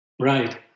Right